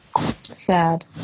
Sad